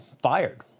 fired